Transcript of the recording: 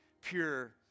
pure